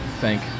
thank